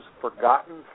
forgotten